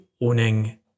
owning